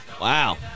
Wow